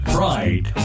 Pride